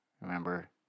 Remember